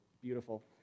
beautiful